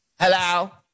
Hello